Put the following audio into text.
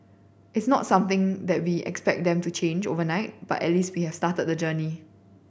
it's not something that we expect them to change overnight but at least we have started the journey